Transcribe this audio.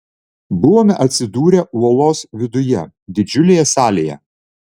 buvome atsidūrę uolos viduje didžiulėje salėje